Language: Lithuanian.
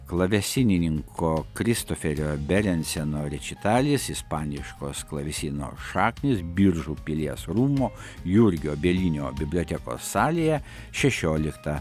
klavesinininko kristoferio berenseno rečitalis ispaniškos klavesino šaknys biržų pilies rūmų jurgio bielinio bibliotekos salėje šešioliktą